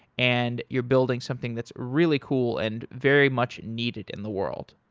and you're building something that's really cool and very much needed in the world.